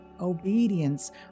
Obedience